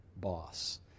boss